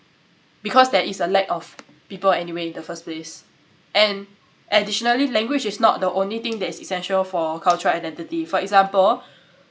because there is a lack of people anyway in the first place and additionally language is not the only thing that is essential for cultural identity for example